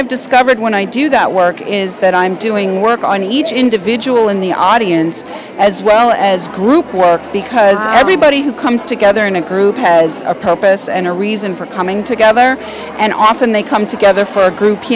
i've discovered when i do that work is that i'm doing work on each individual in the audience as well as group work because everybody who comes together in a group has a purpose and a reason for coming together and often they come together for a group